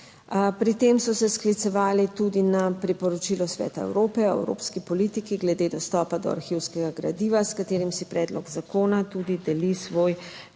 Pri tem so se sklicevali tudi na priporočilo Sveta Evrope o evropski politiki glede dostopa do arhivskega gradiva, s katerim si predlog zakona tudi deli svoj